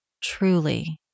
truly